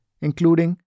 including